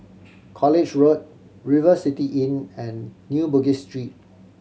College Road River City Inn and New Bugis Street